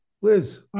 Liz